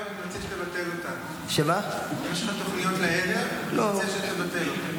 אם יש לך תוכניות הערב, אני מציע שתבטל אותן.